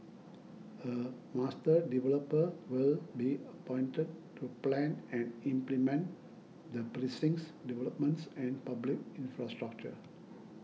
a master developer will be appointed to plan and implement the precinct's developments and public infrastructure